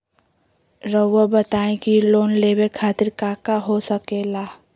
रउआ बताई की लोन लेवे खातिर काका हो सके ला?